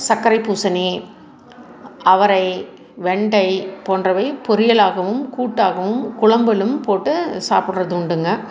சக்கரை பூசணி அவரை வெண்டை போன்றவை பொரியலாகவும் கூட்டாகவும் குழம்பிலும் போட்டு சாப்பிட்றது உண்டுங்க